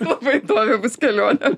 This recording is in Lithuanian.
labai įdomi bus kelionė